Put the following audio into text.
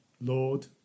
Lord